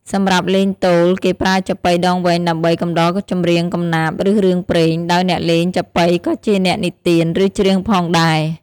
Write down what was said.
សម្រាប់លេងទោល គេប្រើចាប៉ីដងវែងដើម្បី កំដរចម្រៀងកំណាព្យ ឬរឿងព្រេង ដោយអ្នកលេងចាប៉ីក៏ជាអ្នកនិទាន ឬច្រៀងផងដែរ។